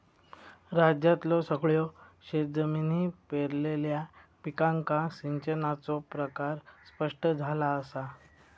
राज्यातल्यो सगळयो शेतजमिनी पेरलेल्या पिकांका सिंचनाचो प्रकार स्पष्ट झाला असा